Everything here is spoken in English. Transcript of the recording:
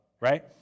Right